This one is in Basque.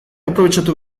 aprobetxatu